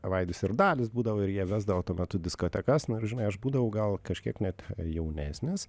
vaidis ir dalius būdavo ir jie vesdavo tuo metu diskotekas nu ir žinai aš būdavau gal kažkiek net jaunesnis